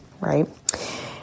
Right